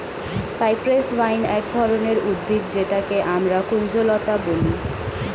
cypress vine এক ধরনের উদ্ভিদ যেটাকে আমরা কুঞ্জলতা বলি